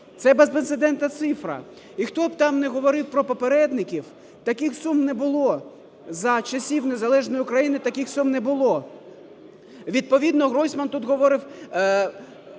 це безпрецедентна цифра. І хто б там не говорив про попередників, таких сум не було, за часів незалежної України таких сум не було. ВідповідноГройсман тут говорив,